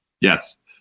Yes